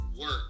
work